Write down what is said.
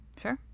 Sure